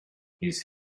his